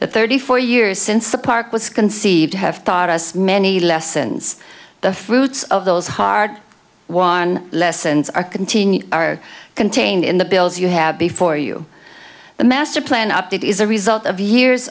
that thirty four years since the park was conceived have thought us many lessons the fruits of those hard won lessons are continued are contained in the bills you have before you the master plan update is a result of years